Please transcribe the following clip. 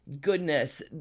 Goodness